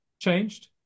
changed